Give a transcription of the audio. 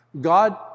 God